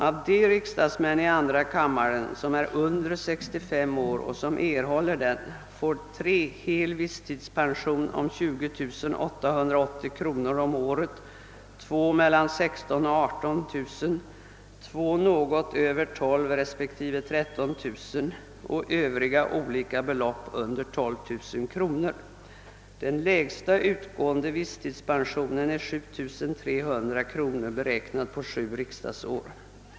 Av de riksdagsmän i andra kammaren, som är under 65 år och som erhåller denna pension, får tre hel visstidspension om 20880 kronor per år, två mellan 16 000 och 18000 kronor, två något över 12 000 respektive 13 000 kronor och övriga olika belopp under 12 000 kronor. Den lägsta utgående viss tidspensionen är 7 308 kronor beräknad på sju riksdagsår.